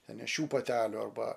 nėščių patelių arba